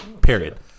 Period